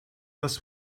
das